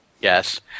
Yes